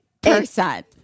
percent